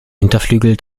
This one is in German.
hinterflügel